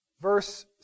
Verse